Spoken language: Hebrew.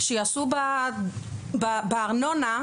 שיעשו בארנונה,